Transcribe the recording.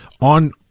on